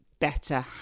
better